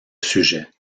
sujet